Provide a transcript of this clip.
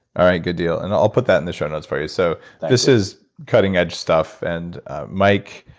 alright, good deal, and i'll put that in the short notes for you. so this is cutting edge stuff, and mike,